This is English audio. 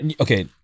Okay